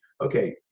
okay